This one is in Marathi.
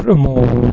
प्रमोद